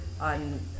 on